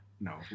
No